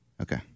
Okay